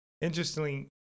interestingly